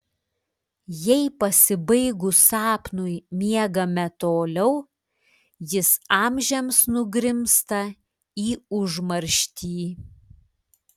jei pasibaigus sapnui miegame toliau jis amžiams nugrimzta į užmarštį